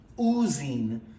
oozing